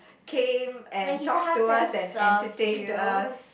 came and talked to us and entertain us